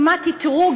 נימת אתרוג,